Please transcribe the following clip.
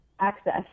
access